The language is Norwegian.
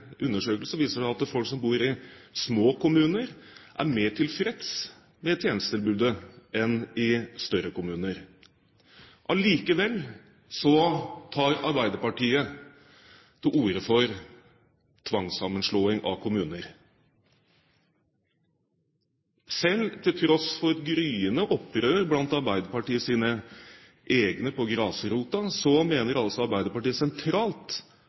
undersøkelser viser også at folk som bor i små kommuner, faktisk er mer tilfreds med tjenestetilbudet enn folk som bor i større kommuner. Allikevel tar Arbeiderpartiet til orde for tvangssammenslåing av kommuner. Til tross for gryende opprør blant Arbeiderpartiets egne på grasrota mener Arbeiderpartiet sentralt